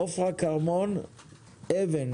עפרה כרמון אבן,